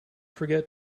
forget